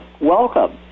Welcome